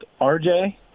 RJ